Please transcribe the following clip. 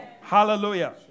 Hallelujah